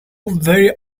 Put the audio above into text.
very